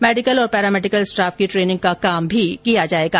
medical और paramedical staff की training का काम भी किया जाएगा